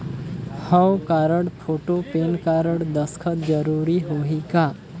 हव card, photo, PAN card, दस्खत जरूरी होही का?